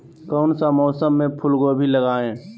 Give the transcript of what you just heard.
कौन सा मौसम में फूलगोभी लगाए?